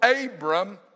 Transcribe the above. Abram